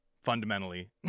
fundamentally